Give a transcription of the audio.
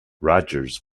rogers